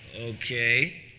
Okay